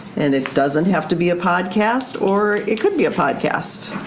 and it doesn't have to be a podcast or it could be a podcast.